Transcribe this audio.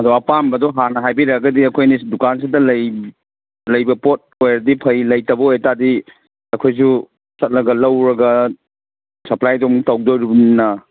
ꯑꯗꯣ ꯑꯄꯥꯝꯕꯗꯣ ꯍꯥꯟꯅ ꯍꯥꯏꯕꯤꯔꯛꯑꯒꯗꯤ ꯑꯩꯈꯣꯏꯅ ꯗꯨꯀꯥꯟꯖꯤꯗ ꯂꯩꯕ ꯄꯣꯠ ꯑꯣꯏꯔꯗꯤ ꯐꯩ ꯂꯩꯇꯕ ꯑꯣꯏꯇꯥꯗꯤ ꯑꯩꯈꯣꯏꯁꯨ ꯆꯠꯂꯒ ꯂꯧꯔꯒ ꯁꯄ꯭ꯂꯥꯏꯗꯣ ꯑꯃꯨꯛ ꯇꯧꯗꯣꯔꯤꯃꯤꯅ